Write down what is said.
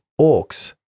orcs